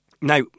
Now